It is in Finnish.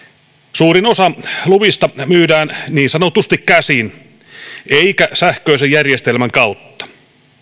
suurin osa luvista myydään niin sanotusti käsin eikä sähköisen järjestelmän kautta